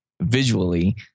visually